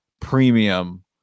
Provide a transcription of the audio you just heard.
premium